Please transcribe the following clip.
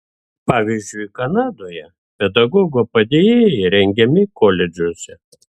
pavyzdžiui kanadoje pedagogo padėjėjai rengiami koledžuose